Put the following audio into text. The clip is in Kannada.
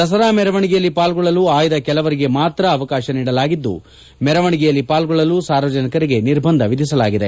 ದಸರಾ ಮೆರವಣಿಗೆಯಲ್ಲಿ ಪಾಲ್ಡೊಳ್ಳಲು ಆಯ್ದ ಕೆಲವರಿಗೆ ಮಾತ್ರ ಅವಕಾಶ ನೀಡಲಾಗಿದ್ದು ಮೆರವಣಿಯಲ್ಲಿ ಪಾಲ್ಗೊಳ್ಳಲು ಸಾರ್ವಜನಿಕರಿಗೆ ನಿರ್ಬಂಧ ವಿಧಿಸಲಾಗಿದೆ